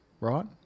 right